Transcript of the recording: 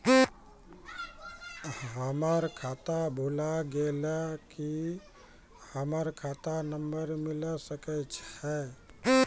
हमर खाता भुला गेलै, की हमर खाता नंबर मिले सकय छै?